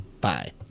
Bye